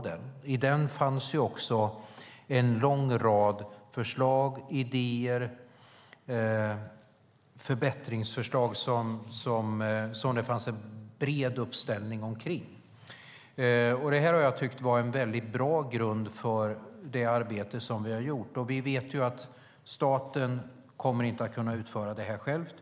Den innehöll en lång rad förslag och idéer, förbättringsförslag som det fanns en bred uppslutning kring. Det har varit en väldigt bra grund för det arbete som vi har gjort. Vi vet att staten inte kommer att kunna utföra det själv.